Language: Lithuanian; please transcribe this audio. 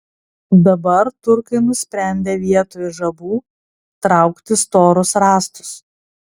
dabar turkai nusprendė vietoj žabų traukti storus rąstus